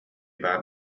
баар